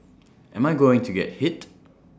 am I going to get hit